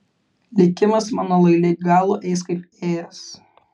likimas mano lai lig galo eis kaip ėjęs